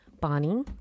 Bonnie